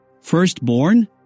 Firstborn